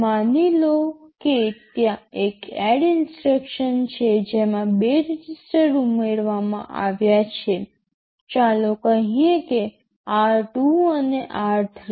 માની લો કે ત્યાં એક ADD ઇન્સટ્રક્શન છે જેમાં 2 રજિસ્ટર ઉમેરવામાં આવ્યા છે ચાલો કહીએ કે r2 અને r3